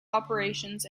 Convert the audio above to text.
operations